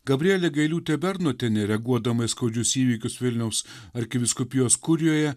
gabrielė gailiūtė bernotienė reaguodama į skaudžius įvykius vilniaus arkivyskupijos kurijoje